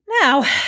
Now